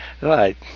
right